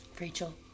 Rachel